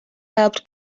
helped